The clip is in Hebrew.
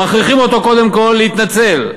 מכריחים אותו קודם כול להתנצל,